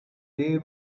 they